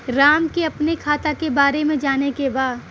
राम के अपने खाता के बारे मे जाने के बा?